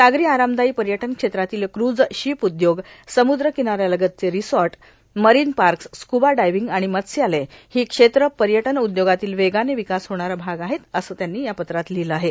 सागरी आरामदायी पर्यटन क्षेत्रातील क्रूझ शीप उद्योग समुद्र किनाऱ्यालगतचे रिसॉर्ट मरीन पार्कसु स्क्बा डायव्हिंग आणि मत्स्यालय ही क्षेत्र पर्यटन उद्योगातील वेगाने विकसित होणारा भाग आहेत असे त्यांनी या पत्रात लिहिले आहे